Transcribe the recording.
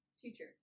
Future